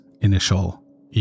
initial